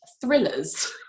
thrillers